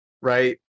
right